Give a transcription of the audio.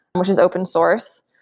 which is open source.